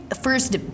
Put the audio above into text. first